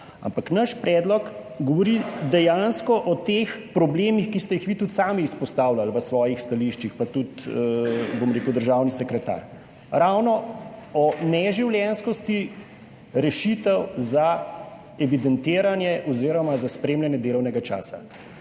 ampak naš predlog govori dejansko o teh problemih, ki ste jih tudi vi sami izpostavljali v svojih stališčih, pa tudi državni sekretar. Ravno o neživljenjskosti rešitev za evidentiranje oziroma za spremljanje delovnega časa.